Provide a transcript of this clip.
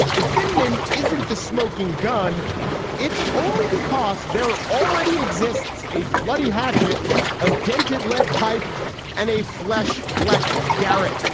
if friedman isn't the smoking gun it's only because there already exists a bloody hatchet a dented lead pipe and a flesh flecked garret.